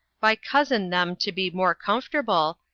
by cousin them to be more comfortable,